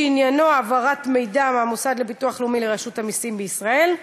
שעניינו העברת מידע מהמוסד לביטוח לאומי לרשות המסים בישראל,